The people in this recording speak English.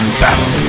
battle